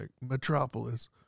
metropolis